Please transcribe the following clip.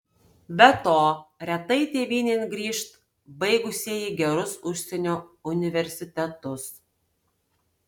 be to retai tėvynėn grįžt baigusieji gerus užsienio universitetus